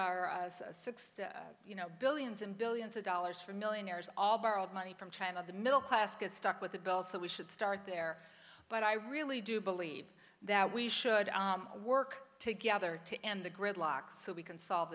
sixty you know billions and billions of dollars from millionaires all borrowed money from china the middle class gets stuck with the bills so we should start there but i really do believe that we should work together to end the gridlock so we can solve